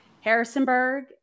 Harrisonburg